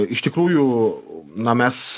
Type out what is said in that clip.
iš tikrųjų na mes